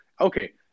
okay